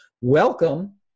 welcome